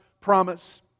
promise